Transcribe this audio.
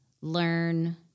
learn